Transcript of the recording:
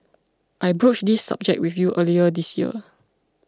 I broached this subject with you early this year